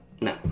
No